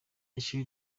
ishuri